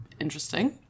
interesting